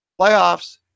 playoffs